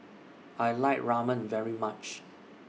I like Ramen very much